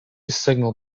signal